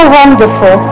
wonderful